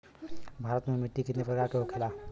भारत में मिट्टी कितने प्रकार का होखे ला?